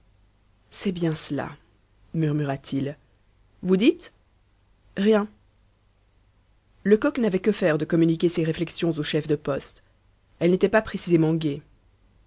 c'est bien cela murmura-t-il vous dites rien lecoq n'avait que faire de communiquer ses réflexions au chef de poste elles n'étaient pas précisément gaies